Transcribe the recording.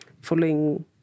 following